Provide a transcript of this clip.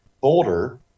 Boulder